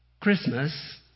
Christmas